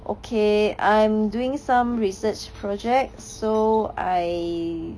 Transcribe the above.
okay I am doing some research projects so I